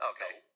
Okay